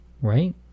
right